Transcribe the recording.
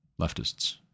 leftists